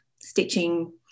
stitching